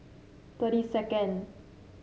thirty second